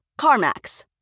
CarMax